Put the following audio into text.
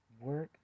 work